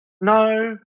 No